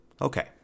Okay